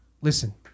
listen